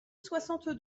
soixante